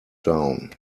down